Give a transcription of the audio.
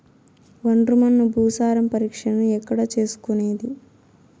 ఒండ్రు మన్ను భూసారం పరీక్షను ఎక్కడ చేసుకునేది?